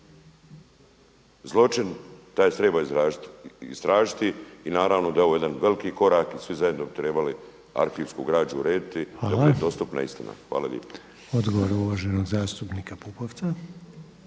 zločin taj se treba istražiti i naravno je ovo jedan veliki korak i svi zajedno bi trebali arhivsku građu urediti da bude dostupna istina. Hvala lijepo. **Reiner, Željko (HDZ)** Hvala.